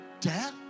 death